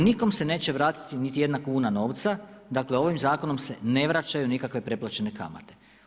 Nikom se neće vratiti niti jedna kuna novca, dakle ovim zakonom se ne vraćaju nikakve preplaćene kamate.